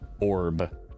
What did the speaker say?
orb